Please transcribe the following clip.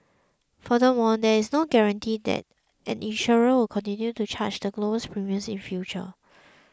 furthermore there is no guarantee that an insurer will continue to charge the lowest premiums in future